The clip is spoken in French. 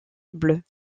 bleus